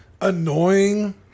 annoying